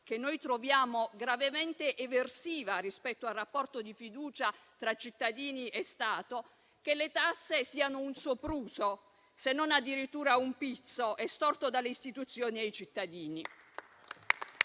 che noi troviamo gravemente eversiva rispetto al rapporto di fiducia tra cittadini e Stato, che le tasse siano un sopruso, se non addirittura un pizzo estorto dalle istituzioni ai cittadini.